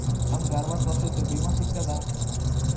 ನಮ್ ಗ ಅರವತ್ತ ವರ್ಷಾತು ವಿಮಾ ಸಿಗ್ತದಾ?